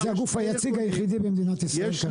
שזה הגוף היציג היחידי במדינת ישראל כרגע.